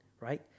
right